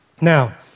Now